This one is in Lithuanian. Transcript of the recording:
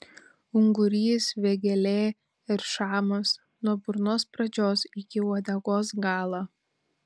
ungurys vėgėlė ir šamas nuo burnos pradžios iki uodegos galo